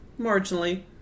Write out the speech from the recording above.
Marginally